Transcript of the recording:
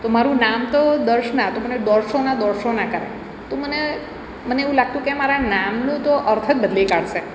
તો મારું નામ તો દર્શના તો દોર્સોના દોર્સોના કરે તો મને મને એવું લાગતું કે આ મારા નામનું તો અર્થ જ બદલી કાઢશે